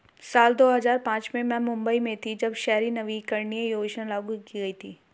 साल दो हज़ार पांच में मैं मुम्बई में थी, जब शहरी नवीकरणीय योजना लागू की गई थी